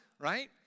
right